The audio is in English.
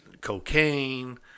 cocaine